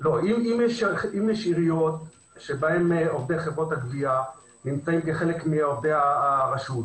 אם יש עיריות שבהם עובדי חברות הגבייה נמצאים כחלק מעובדי הרשות,